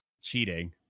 Cheating